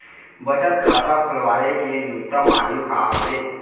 बचत खाता खोलवाय के न्यूनतम आयु का हवे?